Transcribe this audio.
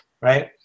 right